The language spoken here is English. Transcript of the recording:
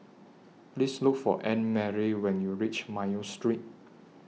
Please Look For Annemarie when YOU REACH Mayo Street